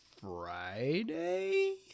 Friday